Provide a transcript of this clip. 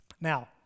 now